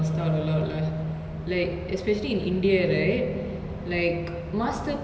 I think what march april வெளிய வர வேண்டியது:veliya vara vendiyathu but like till now they have not released